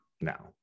now